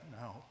no